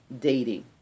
dating